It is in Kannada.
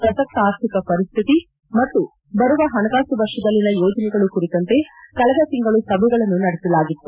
ಪ್ರಸಕ್ತ ಆರ್ಥಿಕ ಪರಿಸ್ಥಿತಿ ಮತ್ತು ಬರುವ ಹಣಕಾಸು ವರ್ಷದಲ್ಲಿನ ಯೋಜನೆಗಳು ಕುರಿತಂತೆ ಕಳೆದ ತಿಂಗಳು ಸಭೆಗಳನ್ನು ನಡೆಸಲಾಗಿತ್ತು